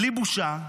בלי בושה,